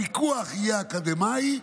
הפיקוח יהיה אקדמי,